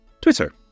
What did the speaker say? Twitter